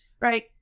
Right